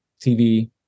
tv